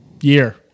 year